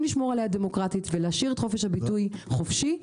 לשמור עליה דמוקרטית ולהשאיר את חופש הביטוי חופשי,